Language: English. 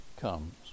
comes